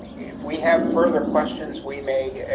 if we have further questions, we may